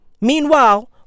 Meanwhile